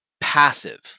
passive